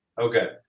Okay